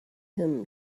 him